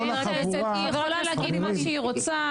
החבורה --- היא יכולה להגיד מה שהיא רוצה,